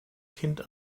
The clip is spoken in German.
kind